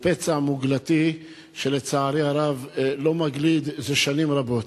פצע מוגלתי שלצערי הרב לא מגליד זה שנים רבות.